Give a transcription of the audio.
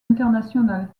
international